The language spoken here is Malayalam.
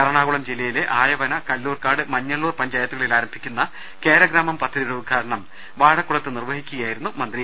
എറണാകുളം ജില്ലയിലെ ആയവന കല്ലൂർക്കാട് മഞ്ഞ ള്ളൂർ പഞ്ചായത്തുകളിൽ ആരംഭിക്കുന്ന കേരഗ്രാമം പദ്ധതിയുടെ ഉദ്ഘാടനം വാഴ ക്കുളത്ത് നിർവ്വഹിക്കുകയായിരുന്നു അദ്ദേഹം